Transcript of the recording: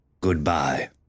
goodbye